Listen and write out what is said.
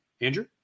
Andrew